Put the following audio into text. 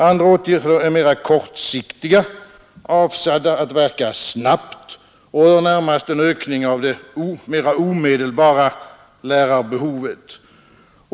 Andra åtgärder är mera kortsiktiga, avsedda att verka snabbt, och de innebär närmast en ökning av det mera omedelbara lärarbehovet.